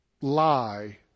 lie